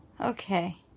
Okay